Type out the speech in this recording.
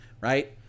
right